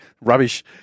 Rubbish